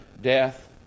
death